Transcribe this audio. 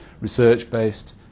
research-based